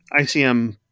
ICM